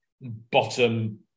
bottom